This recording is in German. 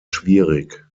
schwierig